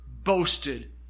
boasted